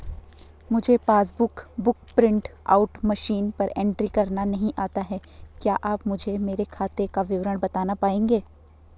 मुझे passbook book print out machine पर एंट्री करना नहीं आता है क्या आप मुझे मेरे खाते का विवरण बताना पाएंगे?